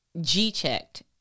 G-checked